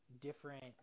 different